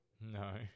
no